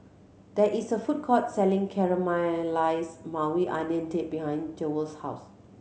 there is a food court selling Caramelized Maui Onion Dip behind Jewell's house